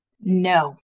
No